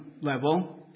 level